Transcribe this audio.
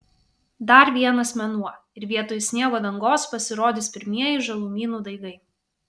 dar vienas mėnuo ir vietoj sniego dangos pasirodys pirmieji žalumynų daigai